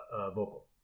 vocal